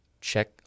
check